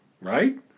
right